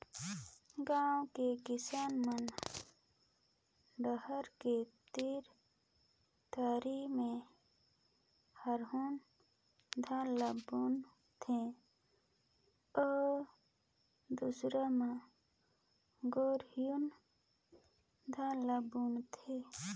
गांव के किसान मन डहर के तीर तखार में हरहून धान ल बुन थें अउ दूरिहा में गरहून धान ल बून थे